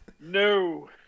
No